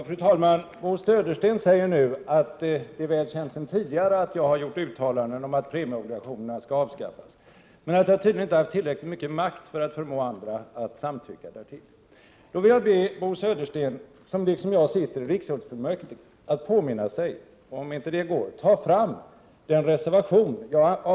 Fru talman! Bo Södersten säger nu att det är väl känt sedan tidigare att jag har gjort uttalanden om att premieobligationerna skall avskaffas men att jag tydligen inte haft tillräckligt mycket makt för att förmå andra att samtycka därtill. Då vill jag be Bo Södersten, som liksom jag sitter i riksgäldsfullmäktige, att påminna sig — och om inte det går, ta fram — den reservation jag avgav till Prot.